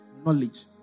knowledge